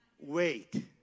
wait